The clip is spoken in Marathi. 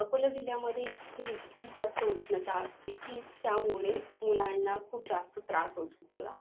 अकोला जिल्ह्यामध्ये इथे इतकी जास्त उष्णता असते की त्यामुळे मुलांना खूप जास्त त्रास होत होतोला